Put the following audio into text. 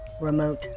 remote